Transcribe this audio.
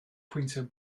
pwyntiau